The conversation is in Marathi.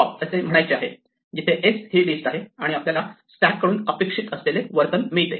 पॉप असे म्हणायचे आहे जिथे s ही लिस्ट आहे आणि आपल्याला आपल्या स्टॅक कडून अपेक्षित असलेले वर्तन मिळते